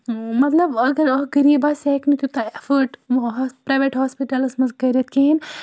مطلب اگر اَکھ غریٖب آسہِ سُہ ہیٚکہِ نہٕ تیوٗتاہ اٮ۪فٲڈ پرٛایویٹ ہاسپِٹَلَس منٛز کٔرِتھ کِہیٖنۍ